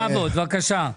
בכבוד, בבקשה.